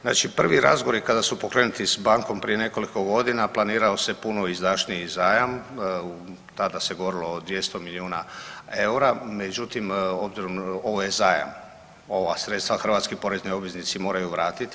Znači prvi razgovori kada su pokrenuti s bankom prije nekoliko godina planirao se puno izdašniji zajam, tada se govorilo o 200 milijuna eura, međutim ovo je zajam, ova sredstva hrvatski porezni obveznici moraju vratiti.